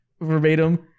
Verbatim